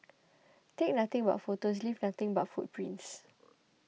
take nothing but photos leave nothing but footprints